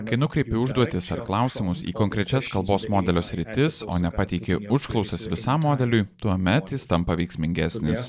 kai nukreipti užduotis ar klausimus į konkrečias kalbos modelio sritis o ne pateiki užklausas visam modeliui tuomet jis tampa veiksmingesnis